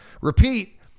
Repeat